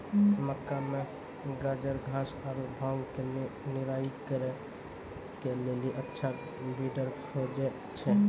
मक्का मे गाजरघास आरु भांग के निराई करे के लेली अच्छा वीडर खोजे छैय?